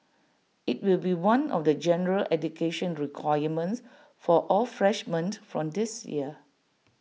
IT will be one of the general education requirements for all freshmen from this year